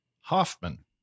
Hoffman